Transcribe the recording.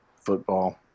football